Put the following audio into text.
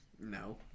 no